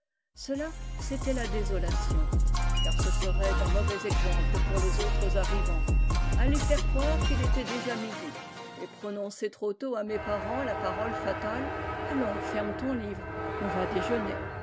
cela c'était la désolation car ce serait d'un mauvais exemple pour les autres arrivants aller faire croire qu'il était déjà midi et prononcer trop tôt à mes parents la parole fatale allons ferme ton livre on va déjeuner